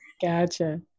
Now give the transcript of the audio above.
Gotcha